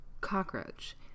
cockroach